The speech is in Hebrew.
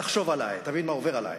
תחשוב עלי, תבין מה עובר עלי.